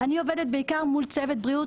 אני עובדת בעיקר מול צוות בריאות,